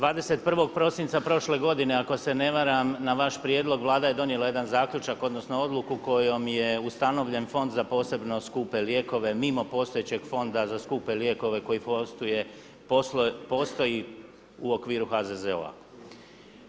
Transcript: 21. prosinca prošle godine ako se ne varam, na vaš prijedlog Vlada je donijela jedan zaključak odnosno odluku kojom je ustanovljen fond za posebno skupe lijekove mimo postojećeg fonda za skupe lijekove koji postoji u okviru HZZO-a.